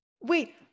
Wait